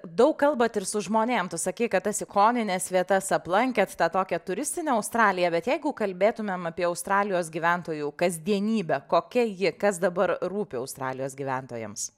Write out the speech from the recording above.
daug kalbat ir su žmonėm tu sakei kad tas ikonines vietas aplankėt tą tokią turistinę australiją bet jeigu kalbėtumėm apie australijos gyventojų kasdienybę kokia ji kas dabar rūpi australijos gyventojams